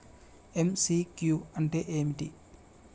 MCQ అంటే ఏమిటి?